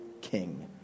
king